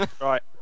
Right